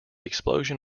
explosion